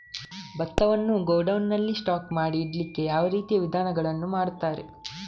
ಭತ್ತವನ್ನು ಗೋಡೌನ್ ನಲ್ಲಿ ಸ್ಟಾಕ್ ಮಾಡಿ ಇಡ್ಲಿಕ್ಕೆ ಯಾವ ರೀತಿಯ ವಿಧಾನಗಳನ್ನು ಮಾಡ್ತಾರೆ?